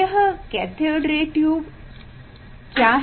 यह कैथोड किरण ट्यूब में क्या है